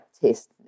test